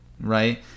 right